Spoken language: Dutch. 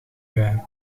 bij